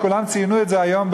וכולם ציינו את זה היום,